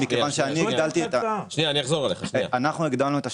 אנחנו הגדלנו את השטחים.